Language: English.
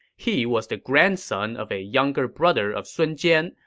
he was the grandson of a younger brother of sun jian,